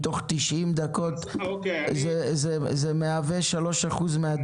מתוך תשעים דקות, זה מהווה 3% מהדיון.